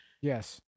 Yes